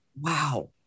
wow